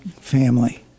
family